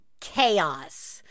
chaos